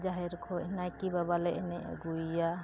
ᱡᱟᱦᱮᱨ ᱠᱷᱚᱡ ᱱᱟᱭᱠᱮ ᱵᱟᱵᱟ ᱞᱮ ᱮᱱᱮᱡ ᱟᱹᱜᱩᱭᱮᱭᱟ